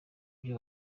byo